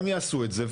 הם יעשו את זה,